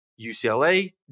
UCLA